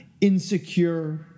insecure